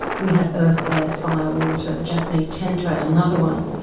we have earth, air, fire, water, the japanese tend to add another one,